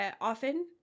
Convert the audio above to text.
often